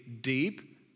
deep